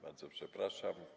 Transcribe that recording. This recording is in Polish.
Bardzo przepraszam.